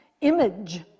image